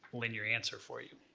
linear answer for you.